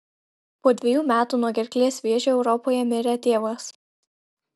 po dvejų metų nuo gerklės vėžio europoje mirė tėvas